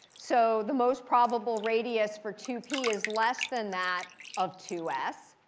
so the most probable radius for two p is less than that of two s.